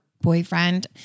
boyfriend